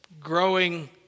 growing